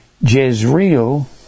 Jezreel